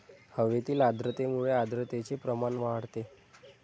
हवेतील आर्द्रतेमुळे आर्द्रतेचे प्रमाण वाढते